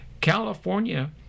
California